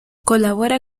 colabora